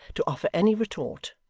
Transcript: to offer any retort,